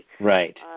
right